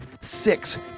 six